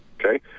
Okay